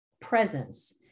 presence